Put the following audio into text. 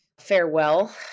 Farewell